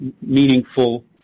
meaningful